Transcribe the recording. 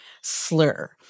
slur